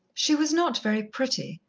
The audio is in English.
she was not very pretty,